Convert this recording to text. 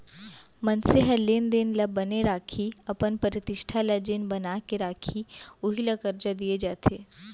मनसे ह लेन देन ल बने राखही, अपन प्रतिष्ठा ल जेन बना के राखही उही ल करजा दिये जाथे